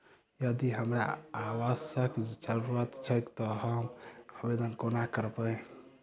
यदि हमरा आवासक जरुरत छैक तऽ हम आवेदन कोना करबै?